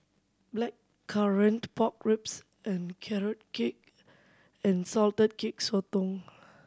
Blackcurrant Pork Ribs and Carrot Cake and salted cake sotong